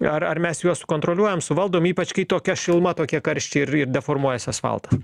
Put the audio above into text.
ar ar mes juos sukontroliuojam suvaldom ypač kai tokia šiluma tokie karščiai ir ir deformuojasi asfaltas